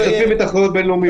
הם משתתפים בתחרויות בין-לאומיות.